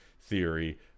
theory